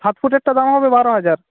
সাত ফুটেরটা দাম হবে বারো হাজার